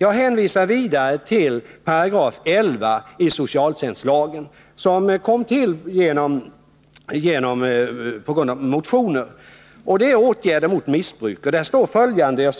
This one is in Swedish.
Jag hänvisar vidare till 11 § i socialtjänstlagen, som kom till efter motioner och gäller åtgärder mot missbruk. Där står följande: